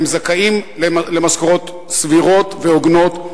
הם זכאים למשכורות סבירות והוגנות,